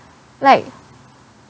like